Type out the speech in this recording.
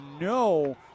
no